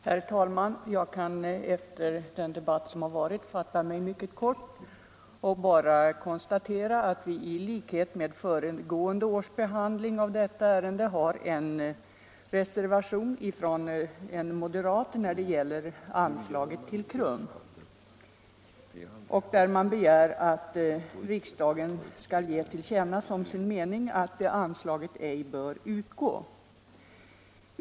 Herr talman! Jag kan efter den debatt som har varit fatta mig mycket kort och bara konstatera att det i år, liksom vid föregående års behandling av detta ärende, föreligger en reservation från en moderat när det gäller anslaget till KRUM, där man begär att riksdagen skall ge till känna som sin mening att anslaget ej bör utgå.